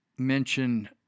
mention